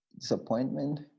disappointment